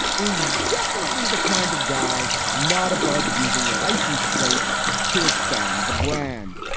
is definitely the kind of guy not above using license plates to expand the brand.